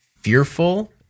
fearful